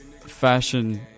Fashion